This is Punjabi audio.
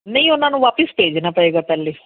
ਨਹੀਂ ਉਹਨਾਂ ਨੂੰ ਵਾਪਿਸ ਭੇਜਣਾ ਪਵੇਗਾ ਪਹਿਲਾਂ